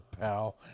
pal